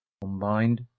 combined